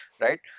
right